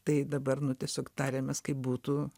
tai dabar nu tiesiog tarėmės kaip būtų